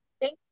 thank